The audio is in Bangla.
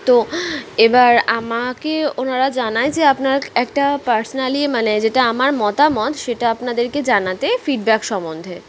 তো এবার আমাকে ওনারা জানায় যে আপনার একটা পার্সোনালি মানে যেটা আমার মতামত সেটা আপনাদেরকে জানাতে ফিডব্যাক সম্বন্ধে